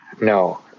No